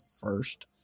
first